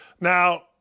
Now